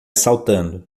saltando